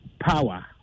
power